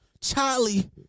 Charlie